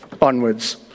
onwards